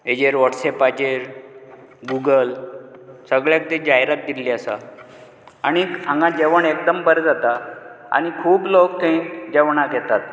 हेजेर व्हाॅट्सेपाचेर गूगल सगळ्याक ती जायरात दिल्ली आसा आनीक हांगा जेवण एकदम बरें जाता आनी खूब लोक थंय जेवणाक येतात